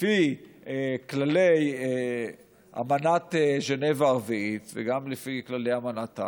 לפי כללי אמנת ז'נבה הרביעית וגם לפי כללי אמנת האג,